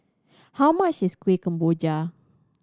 how much is Kueh Kemboja